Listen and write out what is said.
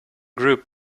group